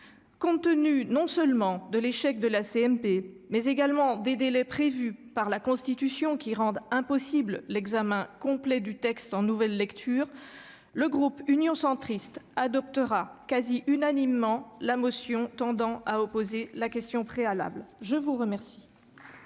Compte tenu non seulement de l'échec de la commission mixte paritaire, mais également des délais prévus par la Constitution qui rendent impossible l'examen complet du texte en nouvelle lecture, le groupe Union Centriste adoptera quasi unanimement la motion tendant à opposer la question préalable. La discussion